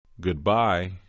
Goodbye